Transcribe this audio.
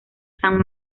san